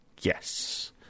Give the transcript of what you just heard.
Yes